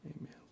amen